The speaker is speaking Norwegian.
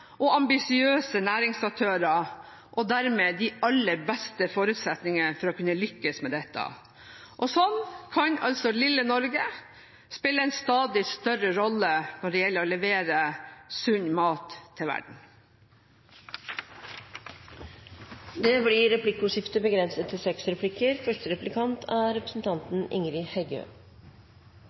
og ambisiøse næringsaktører, og dermed de aller beste forutsetninger for å kunne lykkes med dette. Slik kan altså lille Norge spille en stadig større rolle når det gjelder å levere sunn mat til verden. Det blir replikkordskifte.